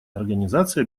организации